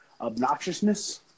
obnoxiousness